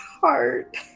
heart